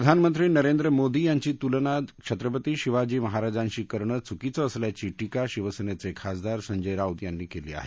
प्रधानमंत्री नरेंद्र मोदी यांची तुलना छत्रपती शिवाजी महाराजांशी करणं चुकीचं असल्याची टीकी शिवसेनेचे खासदार संज राऊत यांनी केली आहे